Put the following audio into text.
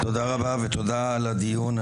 תודה רבה ותודה על קיום הדיון.